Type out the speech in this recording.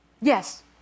Yes